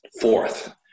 fourth